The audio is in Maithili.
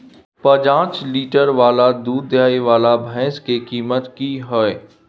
प जॉंच लीटर दूध दैय वाला भैंस के कीमत की हय?